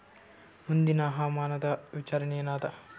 ಮುಂದಿನ ಹವಾಮಾನದ ವಿಚಾರ ಏನದ?